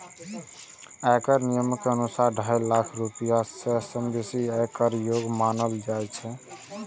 आयकर नियम के अनुसार, ढाई लाख रुपैया सं बेसी के आय कें कर योग्य मानल जाइ छै